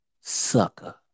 sucker